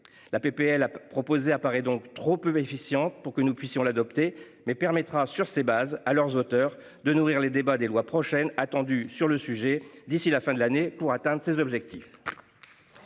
La PPL a proposé apparaît donc trop peu efficientes pour que nous puissions l'adopter mais permettra sur ses bases à leurs auteurs de nourrir les débats des lois prochaine attendu sur le sujet d'ici la fin de l'année pour atteindre ses objectifs.